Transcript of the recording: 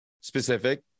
specific